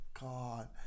God